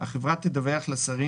החברה תדווח לשרים,